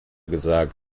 gesagt